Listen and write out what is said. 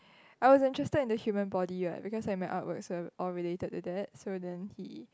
I was interested in the human body what because like my art works are all related to that so then he